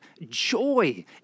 joy